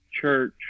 church